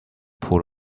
pull